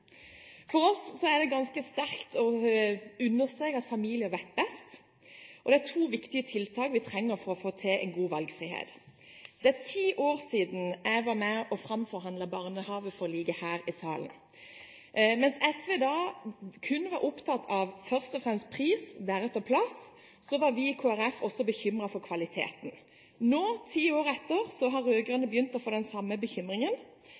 For oss er det ganske viktig å understreke at familien vet best, og det er to viktige tiltak vi trenger for å få til en god valgfrihet. Det er ti år siden jeg var med å framforhandle barnehageforliket her i salen. Mens SV da kun var opptatt av først og fremst pris, deretter plass, var vi i Kristelig Folkeparti også bekymret for kvaliteten. Nå, ti år etter, har de rød-grønne begynt å få den samme bekymringen.